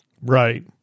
Right